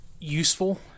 useful